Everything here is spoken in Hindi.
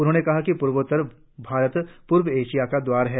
उन्होंने कहा कि प्रवोत्तर भारत प्रर्व एशिया का द्वार है